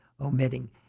omitting